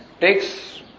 takes